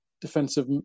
defensive